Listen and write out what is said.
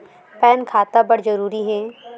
Pan खाता बर जरूरी हे?